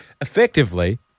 effectively